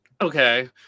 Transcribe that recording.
Okay